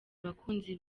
abakunzi